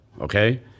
Okay